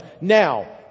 now